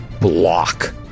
block